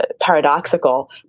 paradoxical